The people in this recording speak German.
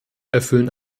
erfüllen